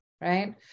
right